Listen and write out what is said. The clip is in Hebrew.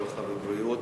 הרווחה והבריאות.